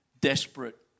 desperate